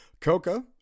Coca